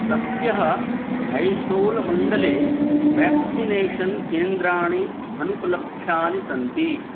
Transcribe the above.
सद्यः ऐशोल् मण्डले व्याक्सिनेषन् केन्द्राणि अनुपलभ्यानि सन्ति